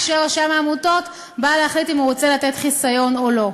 כשרשם העמותות בא להחליט אם הוא רוצה לתת חיסיון או לא.